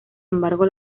embargo